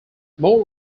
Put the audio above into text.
more